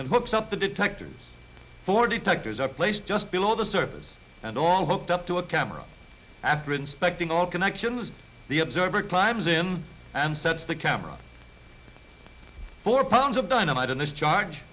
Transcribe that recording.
and hooks up the detectors for detectors are placed just below the surface and all hooked up to a camera after inspecting all connections the observer climbs him and sets the camera four pounds of dynamite in its charge